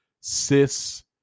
cis